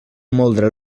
moldre